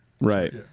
Right